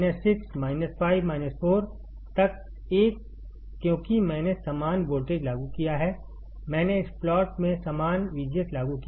6 5 4 तक 1 क्योंकि मैंने समान वोल्टेज लागू किया है मैंने इस प्लॉट में समान VGS लागू किया है